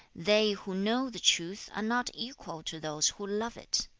they who know the truth are not equal to those who love it,